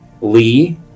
Lee